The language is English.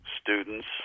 Students